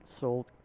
sold